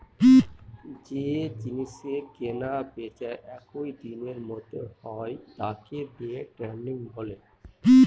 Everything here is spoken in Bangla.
যে জিনিসের কেনা বেচা একই দিনের মধ্যে হয় তাকে দে ট্রেডিং বলে